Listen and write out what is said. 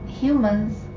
Humans